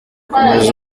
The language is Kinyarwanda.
komeza